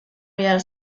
behar